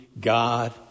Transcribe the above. God